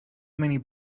many